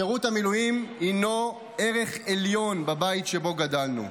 שירות המילואים הינו ערך עליון בבית שבו גדלנו,